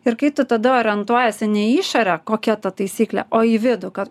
ir kai tu tada orientuojiesi ne į išorę kokia ta taisyklė o į vidų kad